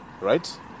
right